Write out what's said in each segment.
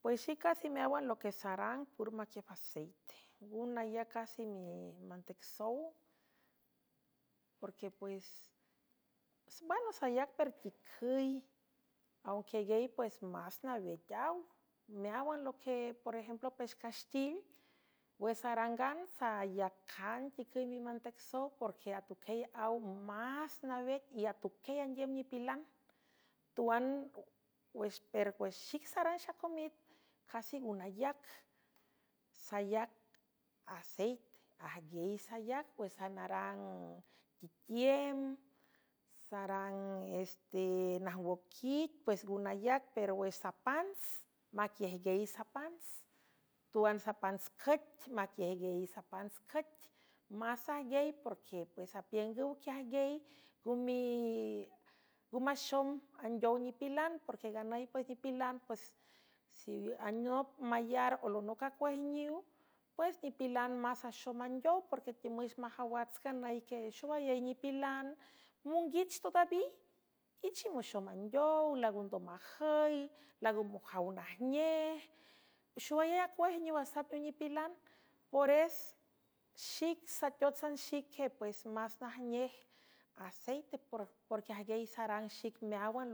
Pues xic casi meáwan loque sarang pur maquief aceite ngu ayac casi mimantecsow e mbano sayac per ticüy aquieguiey pues más nawet aw meáwan loue por ejemplo pexcastil wex sarangan saayajan ticüy mimantec sow porque atuquiey aw más nawec y atuquiey andiüm nipilan tuan perue xic sarang xacomit casi ngun ayac sayac aceit ajguiey sayac uex sanarang quitiem sarang estenajngoquit pues ngu nayac pero wüx sapants maquiejguiey sapants tuan sapants cüt maquiejguiey sapants cüt más ajguiey porque pues apiüngüw quiajgey ngu maxom andeow nipilan porque nganüy pues nipilan pues sianeop mayar olonoc acuejniw pues nipilan más axom andeow porque tiemüx majawats nganüy que xowayey nipilan monguich todaví ichimaxom andeow lango ndomajüy lango mojaw najnej xowayay acuejniw asapmiw nipilan pores xic sateótsan xique pues más najnej aceite porque ajguiey sarang xic meáwan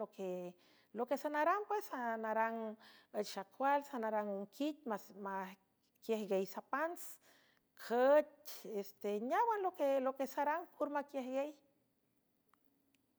loque sanarang pues narang üchxacual sanarang unquic s maquiejguiey sapants cüeceste neáwan loque sarang pur maquiejguiey.